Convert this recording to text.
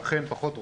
אכן פחות רואים,